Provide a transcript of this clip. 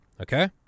Okay